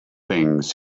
things